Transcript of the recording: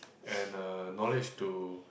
and uh knowledge to